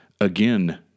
again